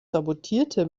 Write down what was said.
sabotierte